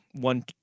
one